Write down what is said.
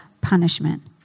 punishment